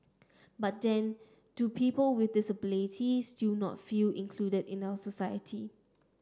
but then do people with disabilities still not feel included in our society